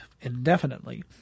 indefinitely